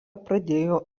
pradėjo